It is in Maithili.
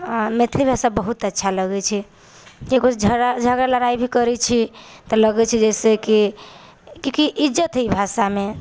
आओर मैथिली भाषा बहुत अच्छा लगै छै ककरोसँ झगड़ा लड़ाइ भी करै छी तऽ लगै छै जइसेकि कियाकि इज्जत हइ ई भाषामे